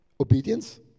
obedience